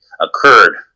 occurred